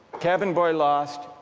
cabin boy lost,